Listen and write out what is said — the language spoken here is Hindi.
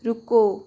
रुको